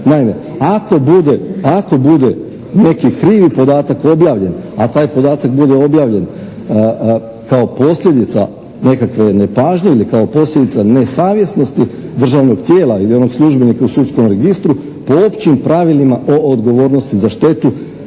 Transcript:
Naime, ako bude neki krivi podatak objavljen, a taj podatak bude objavljen kao posljedica nekakve nepažnje ili kao posljedica nesavjesnosti državnog tijela ili onog službenika u sudskom registru, po općim pravilima o odgovornosti za štetu